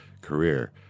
career